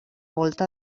volta